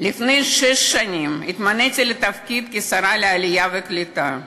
לפני שש שנים התמניתי לתפקיד שרת העלייה והקליטה.